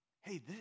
hey